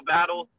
Battle